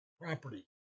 property